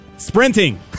Sprinting